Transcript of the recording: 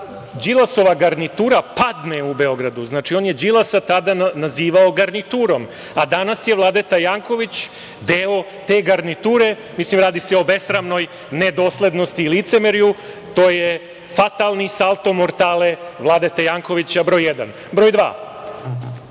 Đilasova garnitura padne u Beogradu. Znači, on je Đilasa tada nazivao garniturom. A danas je Vladeta Janković deo te garniture. Radi se o besramnoj nedoslednosti i licemerju. To je fatalni salto mortale Vladete Jankovića broj jedan. Broj